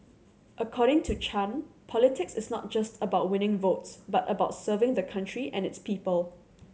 according to Chan politics is not just about winning votes but about serving the country and its people